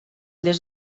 des